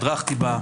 הדרכתי בה,